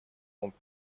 пункт